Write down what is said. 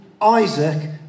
Isaac